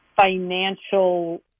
financial